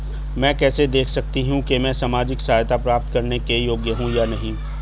मैं कैसे देख सकती हूँ कि मैं सामाजिक सहायता प्राप्त करने के योग्य हूँ या नहीं?